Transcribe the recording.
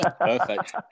Perfect